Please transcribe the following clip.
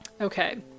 Okay